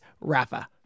Rafa